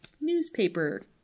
newspaper